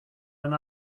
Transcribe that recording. and